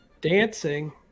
dancing